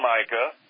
Micah